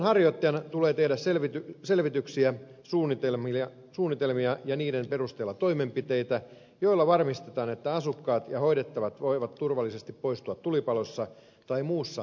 toiminnanharjoittajan tulee tehdä selvityksiä ja suunnitelmia ja niiden perusteella toimenpiteitä joilla varmistetaan että asukkaat ja hoidettavat voivat turvallisesti poistua tulipalossa tai muussa vaaratilanteessa